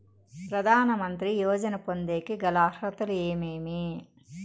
ప్రధాన మంత్రి యోజన పొందేకి గల అర్హతలు ఏమేమి?